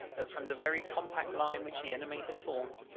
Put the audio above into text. that from the very compact line which the enemy had formed,